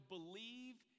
Believe